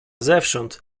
zewsząd